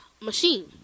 machine